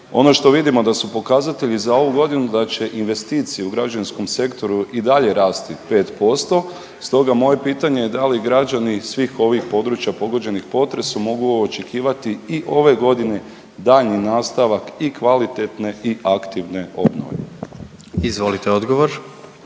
Ono što vidimo da su pokazatelji za ovu godinu da će investicije u građevinskom sektoru i dalje rasti 5%, stoga moje pitanje je da li građani iz svih ovih područja pogođenih potresom mogu očekivati i ove godine daljnji nastavak i kvalitetne i aktivne obnove. **Jandroković,